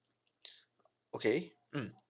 okay mm